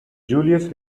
julius